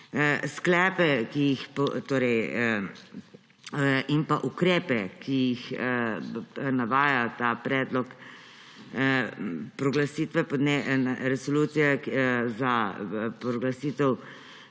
sklepe in ukrepe, ki jih navaja ta predlog resolucije za proglasitev